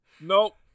Nope